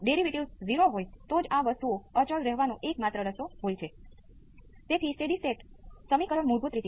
તેથી V p exponential j ω t ϕ નો response V c 1 j × V c 2 થશે